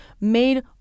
made